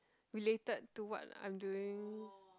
related to what I'm doing